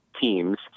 teams –